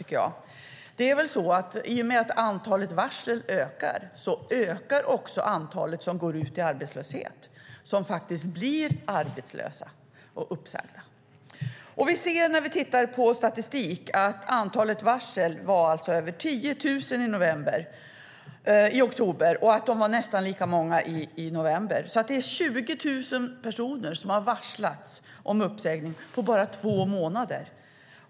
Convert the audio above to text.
I och med ökningen av antalet varsel ökar väl också antalet människor som blir uppsagda och arbetslösa. Vi ser när vi tittar på statistik att det var över 10 000 varsel i oktober och nästan lika många i november. 20 000 personer har varslats om uppsägning på bara två månader.